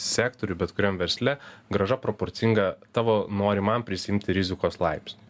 sektoriuj bet kuriam versle grąža proporcinga tavo norimam prisiimti rizikos laipsniui